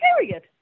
Period